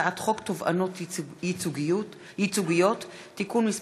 הצעת חוק תובענות ייצוגיות (תיקון מס'